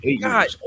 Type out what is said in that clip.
God